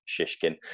Shishkin